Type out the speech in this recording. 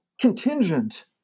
contingent